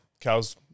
Cows